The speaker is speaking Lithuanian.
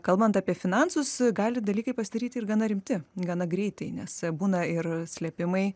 kalbant apie finansus gali dalykai pasidaryti ir gana rimti gana greitai nes būna ir slėpimai